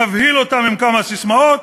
נבהיל אותם עם כמה ססמאות,